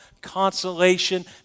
consolation